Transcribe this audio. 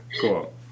Cool